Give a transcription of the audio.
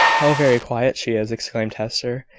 how very quiet she is! exclaimed hester,